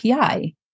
API